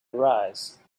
arise